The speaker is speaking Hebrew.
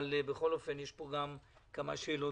אבל בכל אופן יש כאן כמה שאלות,